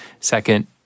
Second